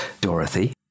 Dorothy